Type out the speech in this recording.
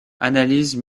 analyses